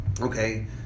okay